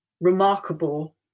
remarkable